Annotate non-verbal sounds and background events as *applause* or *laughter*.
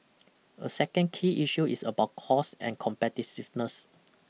*noise* a second key issue is about costs and competitiveness